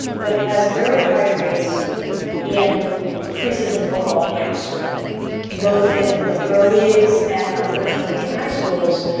but it has very high rates in precision football camps both in the pro leagues and unfortunately in high schools.